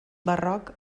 barroc